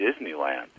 Disneyland